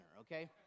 okay